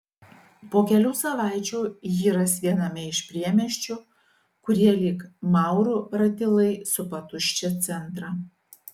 po kelių savaičių jį ras viename iš priemiesčių kurie lyg maurų ratilai supa tuščią centrą